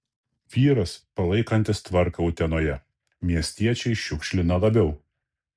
vyras palaikantis tvarką utenoje miestiečiai šiukšlina labiau